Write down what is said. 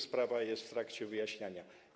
Sprawa jest w trakcie wyjaśniania.